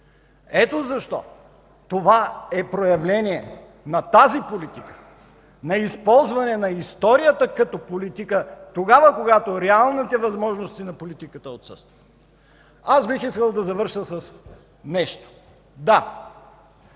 Ето защо тази политика е проявление на използване на историята като политика тогава, когато реалните възможности на политиката отсъстват. Бих искал да завърша с нещо: Да,